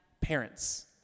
parents